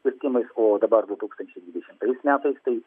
kirtimais o dabar du tūkstančiai dvidešimtais metais tai